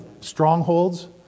strongholds